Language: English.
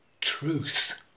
truth